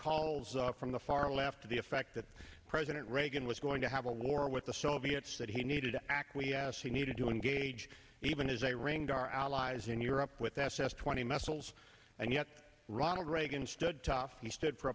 calls from the far left to the effect that president reagan was going to have a war with the soviets that he needed to acquiesce he needed to engage even as a range our allies in europe with s s twenty muscles and yet ronald reagan stood tough he stood for